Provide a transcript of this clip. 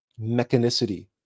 mechanicity